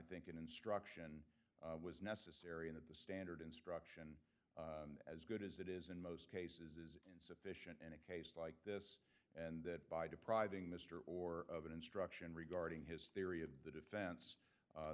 think an instruction was necessary in that the standard instruction as good as it is in most cases isn't in a case like this and that by depriving mr or of an instruction regarding his theory of the defense